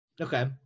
okay